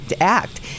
act